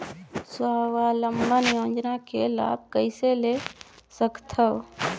स्वावलंबन योजना के लाभ कइसे ले सकथव?